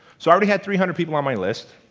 so i already had three hundred people on my list